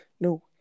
No